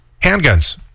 Handguns